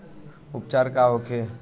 उपचार का होखे?